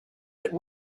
that